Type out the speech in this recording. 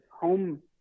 home